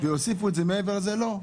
מעבר לא.